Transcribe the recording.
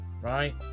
right